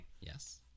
Yes